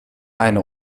eine